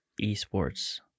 eSports